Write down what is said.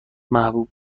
محبوب